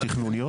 תכנוניות.